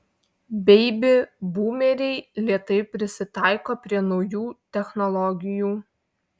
beibi būmeriai lėtai prisitaiko prie naujų technologijų